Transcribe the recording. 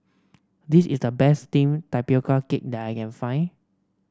this is the best steamed Tapioca Cake that I can find